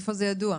איפה זה ידוע?